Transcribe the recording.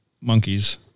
monkeys